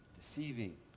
Deceiving